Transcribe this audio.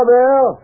Bill